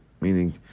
Meaning